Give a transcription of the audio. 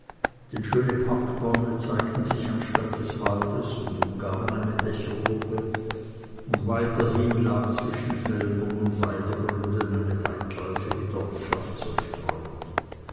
denn schöne parkbäume zeigten sich anstatt des waldes und umgaben eine dächergruppe und weiterhin lag zwischen feldern und weidegründen eine weitläufige dorfschaft zerstreut